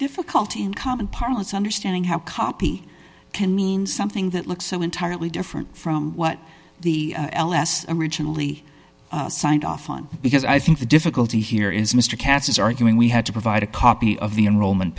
difficulty in common parlance understanding how copy can mean something that looks so entirely different from what the ls originally signed off on because i think the difficulty here is mr katz is arguing we had to provide a copy of the enrollment